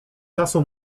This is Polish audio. czasu